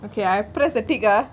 okay ah I press the tick ah